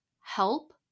help